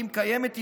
אם קיימת,